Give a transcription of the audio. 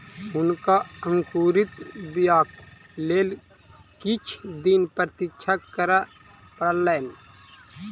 हुनका अंकुरित बीयाक लेल किछ दिन प्रतीक्षा करअ पड़लैन